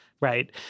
right—